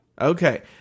Okay